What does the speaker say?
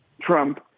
Trump